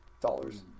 dollars